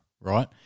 right